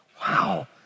Wow